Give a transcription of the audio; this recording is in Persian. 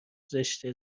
زشته